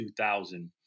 2000